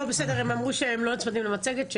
הם אמרו שהם לא נצמדים למצגת.